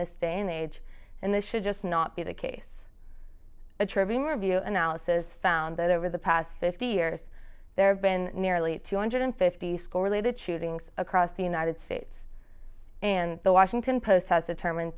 this day and age and this should just not be the case a tribune review analysis found that over the past fifty years there have been nearly two hundred fifty school related shootings across the united states and the washington post has determined